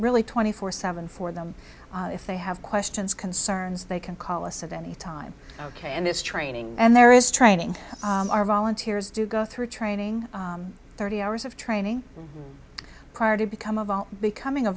really twenty four seven for them if they have questions concerns they can call us at any time ok and this training and there is training our volunteers do go through training thirty hours of training prior to become of all becoming a